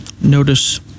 Notice